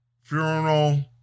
funeral